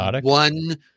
one